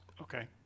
Okay